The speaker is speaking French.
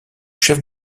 chef